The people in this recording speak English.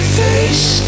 face